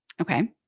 Okay